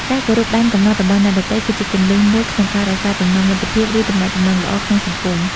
ការគោរពដែនកំណត់របស់អ្នកដទៃ គឺជាគន្លឹះមួយក្នុងការរក្សាចំណងមិត្តភាព ឬទំនាក់ទំនងល្អក្នុងសង្គម។